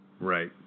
right